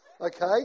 Okay